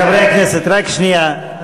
חברי הכנסת, רק שנייה.